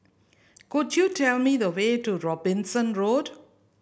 could you tell me the way to Robinson Road